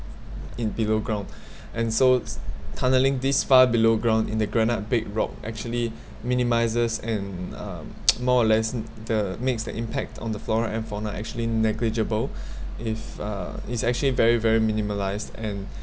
in below ground and so s~ tunneling this far below ground in the granite big rock actually minimizes and uh more or less the makes the impact on the flora and fauna actually negligible if uh it's actually very very minimalized and